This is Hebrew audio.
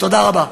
תודה רבה.